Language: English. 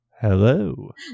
hello